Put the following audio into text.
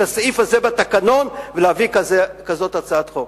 הסעיף הזה בתקנון ולהביא כזאת הצעת חוק.